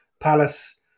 Palace